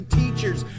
teachers